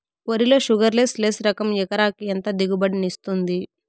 వరి లో sugarless less రకం ఎకరాకి ఎంత దిగుబడినిస్తుంది